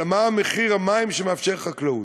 אלא מה מחיר המים שמאפשר חקלאות.